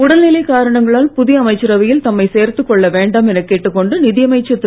உடல்நிலை காரணங்களால் புதிய அமைச்சரவையில் தம்மை சேர்த்து கொள்ளவேண்டாம் என கேட்டுக் கொண்டு நிதியமைச்சர் திரு